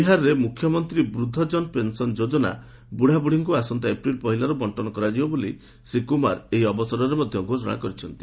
ବିହାରରେ ମୁଖ୍ୟମନ୍ତ୍ରୀ ବୃଦ୍ଧଜନ ପେନ୍ସନ୍ ଯୋଜନା ବୁଢ଼ାବୁଢ଼ୀଙ୍କୁ ଆସନ୍ତା ଏପ୍ରିଲ୍ ପହିଲାରୁ ବଣ୍ଟନ କରାଯିବ ବୋଲି ଶ୍ରୀ କୁମାର ଏହି ଅବସରରେ ମଧ୍ୟ ଘୋଷଣା କରିଛନ୍ତି